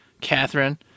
Catherine